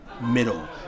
middle